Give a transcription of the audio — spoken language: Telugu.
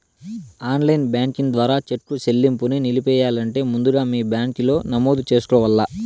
ఆన్లైన్ బ్యాంకింగ్ ద్వారా చెక్కు సెల్లింపుని నిలిపెయ్యాలంటే ముందుగా మీ బ్యాంకిలో నమోదు చేసుకోవల్ల